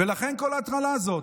לכן כל ההטרלה הזאת.